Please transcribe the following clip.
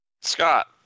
Scott